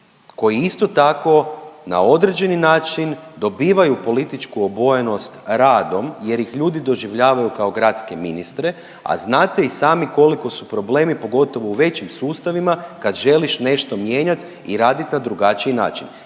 koji isto tako na određeni način dobivaju političku obojenost radom jer ih ljudi doživljavaju kao gradske ministre, a znate i sami koliko su problemi pogotovo u većim sustavima kad želiš nešto mijenjat i radit na drugačiji način.